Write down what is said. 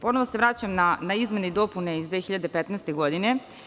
Ponovo se vraćam na izmene i dopune iz 2015. godine.